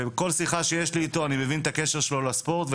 וכל שיחה שיש לי איתו אני מבין את הקשר שלו לספורט,